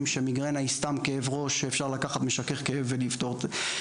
שמדובר בסתם כאב ראש ואפשר לקחת משכך כאבים ולפתור את זה,